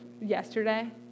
yesterday